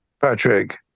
Patrick